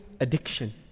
addiction